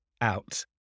out